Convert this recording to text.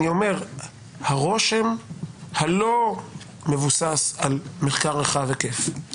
הרושם הלא מבוסס על מחקר רחב היקף,